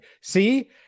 See